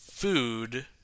Food